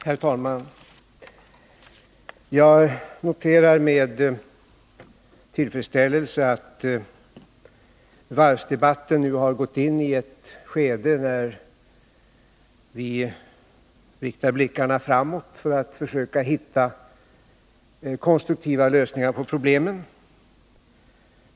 Herr talman! Jag noterar med tillfredsställelse att varvsdebatten nu har gått in i ett skede då vi riktar blickarna framåt för att försöka hitta konstruktiva lösningar på problemen.